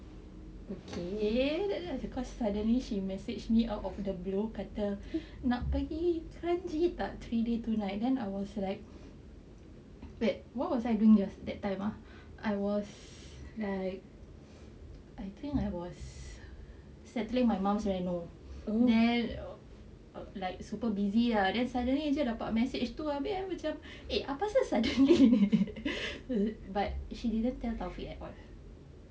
okay then cause suddenly she message me out of the blue kata nak pergi kranji tak three day two night then I was like wait what was I doing just that time ah I was like I think I was settling my mum's reno~ you know then like super busy lah then suddenly dapat message tu abeh I macam eh apasal suddenly but she didn't tell taufik at all